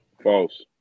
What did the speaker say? false